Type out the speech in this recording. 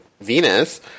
Venus